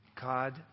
God